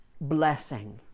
blessing